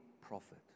prophet